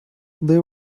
there